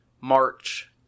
March